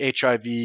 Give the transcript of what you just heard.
HIV